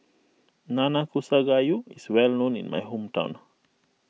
Nanakusa Gayu is well known in my hometown